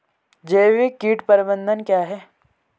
जैविक कीट प्रबंधन क्या है?